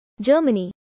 Germany